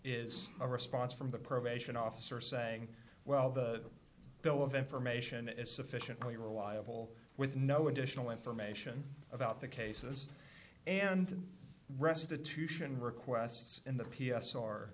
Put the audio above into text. is a response from the probation officer saying well the bill of information is sufficiently reliable with no additional information about the cases and restitution requests in the p s or